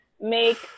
make